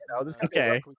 Okay